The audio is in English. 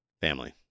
family